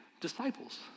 disciples